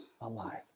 alive